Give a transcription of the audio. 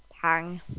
hang